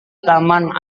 taman